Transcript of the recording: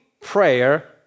prayer